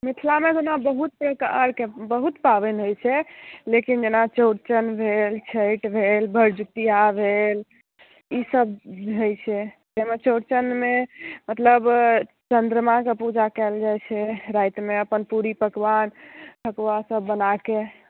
मिथिलामे ओना बहुत प्रकारके बहुत पाबनि होइत छै लेकिन जेना चौड़चन भेल छठि भेल भरदुतिया भेल ईसभ होइत छै जाहिमे चौड़चनमे मतलब चन्द्रमाके पूजा कयल जाइत छै रातिमे अपन पूड़ी पकवान ठेकुवासभ बनाके